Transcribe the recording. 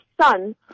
son